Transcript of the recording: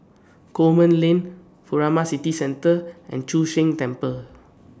Coleman Lane Furama City Centre and Chu Sheng Temple